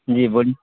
جی بولیے